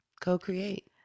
Co-create